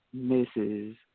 Mrs